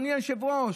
אדוני היושב-ראש.